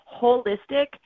holistic